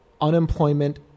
unemployment